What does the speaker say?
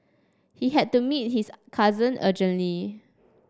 he had to meet his cousin urgently